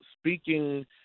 speaking